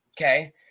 Okay